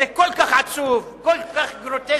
זה כל כך עצוב, כל כך גרוטסקי,